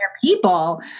people